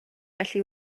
felly